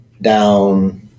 down